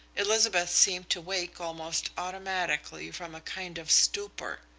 elizabeth seemed to wake almost automatically from a kind of stupor.